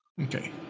Okay